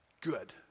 Good